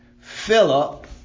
Philip